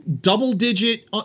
double-digit